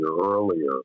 earlier